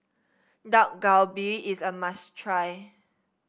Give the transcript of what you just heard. Dak Galbi is a must try